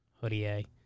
Hoodie